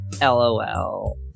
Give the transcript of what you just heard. LOL